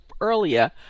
earlier